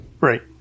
Right